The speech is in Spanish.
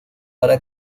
para